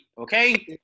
Okay